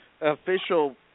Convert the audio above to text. official